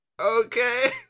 okay